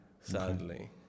sadly